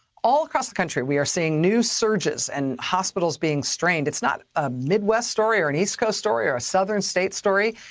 all across the country we are seeing new surges and hospitals being strained. it's not a midwest story or an east coast story or a southern state story.